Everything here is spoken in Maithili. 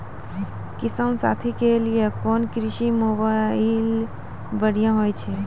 किसान साथी के लिए कोन कृषि मोबाइल बढ़िया होय छै?